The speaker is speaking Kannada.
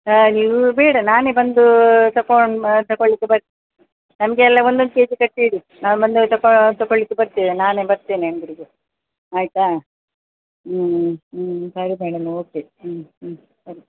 ಹಾಂ ನೀವು ಬೇಡ ನಾನೇ ಬಂದು ತಗೋಳು ತಗೋಳ್ಲಿಕ್ಕೆ ಬರು ನಮಗೆಲ್ಲ ಒಂದೊಂದು ಕೆಜಿ ಕಟ್ಟಿ ಇಡಿ ನಾವು ಬಂದೊಳು ತಗೋ ತಗೋಳಿಕ್ಕೆ ಬರ್ತೆವೆ ನಾನೇ ಬರ್ತೆನೆ ಅಂಗಡಿಗೆ ಆಯ್ತಾ ಹ್ಞೂ ಹ್ಞೂ ಹ್ಞೂ ಸರಿ ಮೇಡಮ್ ಓಕೆ ಹ್ಞೂ ಹ್ಞೂ ಸರಿ